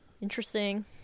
Interesting